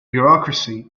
bureaucracy